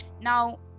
Now